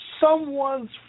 someone's